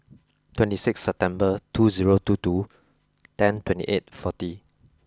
twenty six September two zero two two ten twenty eight forty